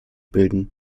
bilden